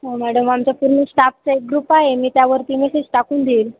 हो मॅडम आमचा पूर्ण स्टाफचा एक ग्रुप आहे मी त्यावरती मेसेज टाकून देईन